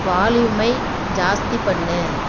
வால்யூமை ஜாஸ்தி பண்ணு